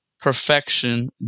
perfection